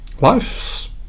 life's